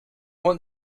want